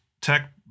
Tech